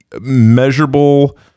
measurable